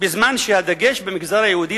בזמן שהדגש במגזר היהודי,